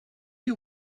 you